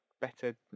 better